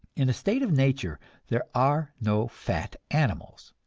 in a state of nature there are no fat animals,